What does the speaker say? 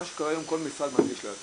מה שקורה היום זה כל משרד מנגיש לעצמו